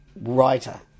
writer